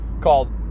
called